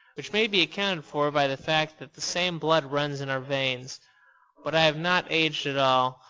which may be accounted for by the fact that the same blood runs in our veins but i have not aged at all.